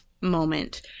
moment